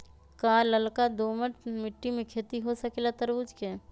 का लालका दोमर मिट्टी में खेती हो सकेला तरबूज के?